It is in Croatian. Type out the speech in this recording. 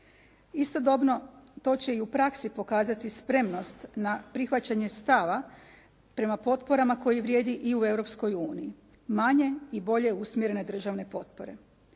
Istodobno to će i u praksi pokazati spremnost na prihvaćanje stava prema potporama koje vrijedi i u Europskoj uniji, manje i bolje usmjerene državne potpore.